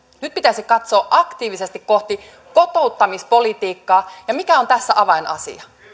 nyt pitäisi katsoa aktiivisesti kohti kotouttamispolitiikkaa mikä on tässä avainasia